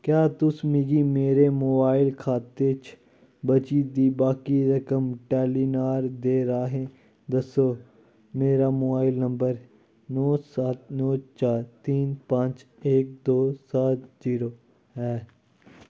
क्या तुस मिगी मेरे मोबाइल खाते च बची दी बाकी रकम टेलीनार दे राहें दस्सो मेरा मोबाइल नंबर नौ सत्त नौ चार तीन पांच एक दो सात जीरो ऐ